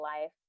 life